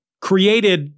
created